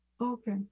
okay